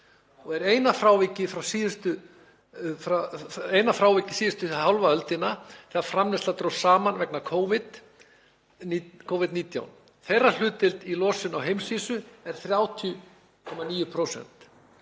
og er eina frávikið síðustu hálfa öldina þegar framleiðsla dróst saman vegna Covid-19. Þeirra hlutdeild í losun á heimsvísu er 30,9%.